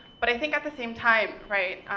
but i think at the same time, right?